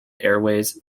airways